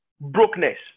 brokenness